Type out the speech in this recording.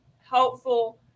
helpful